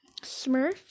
smurf